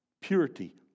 purity